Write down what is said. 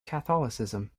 catholicism